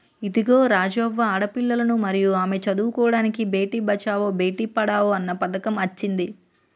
ఇదిగో రాజవ్వ ఆడపిల్లలను మరియు ఆమె చదువుకోడానికి బేటి బచావో బేటి పడావో అన్న పథకం అచ్చింది